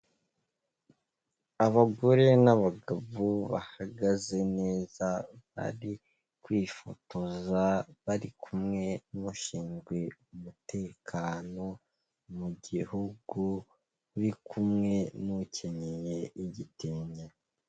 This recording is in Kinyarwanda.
Abagore n'abagabo bahagaze neza, bari kwifotoza, bari kumwe n'ushinzwe umutekano mu gihugu uri kumwe n'ukenyeye igitenge.